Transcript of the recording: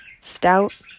stout